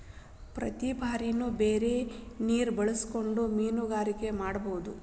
ಪ್ರತಿ ಬಾರಿನು ಬೇರೆ ನೇರ ಬಳಸಕೊಂಡ ಮೇನುಗಾರಿಕೆ ಮಾಡುದು